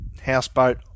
houseboat